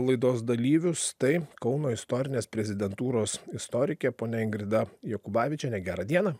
laidos dalyvius tai kauno istorinės prezidentūros istorikė ponia ingrida jokubavičienė gerą dieną